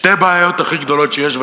שתי הבעיות הכי גדולות שיש,